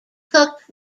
cooked